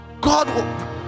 God